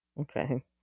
Okay